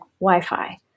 Wi-Fi